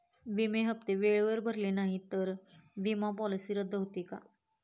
विमा हप्ते वेळेवर भरले नाहीत, तर विमा पॉलिसी रद्द होते का?